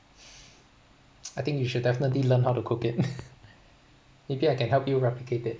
I think you should definitely learn how to cook it maybe I can help you replicate it